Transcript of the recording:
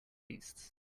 beasts